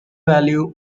value